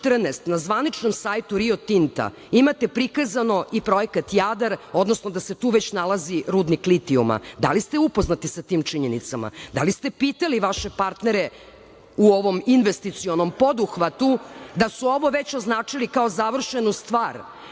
na zvaničnom sajtu „Rio Tinta“ imate prikazan i Projekat „Jadar“, odnosno da se tu već nalazi rudnik litujuma, da li ste upoznati sa tim činjenicama? Da li ste pitali vaše partnere u ovom investicionom poduhvatu da su ovo već označili kao završenu stvar?